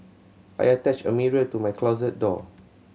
I attached a mirror to my closet door